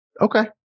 Okay